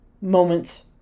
moment's